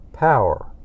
Power